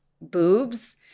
boobs